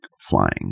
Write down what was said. flying